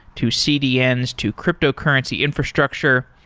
to cdns, to cryptocurrency infrastructure.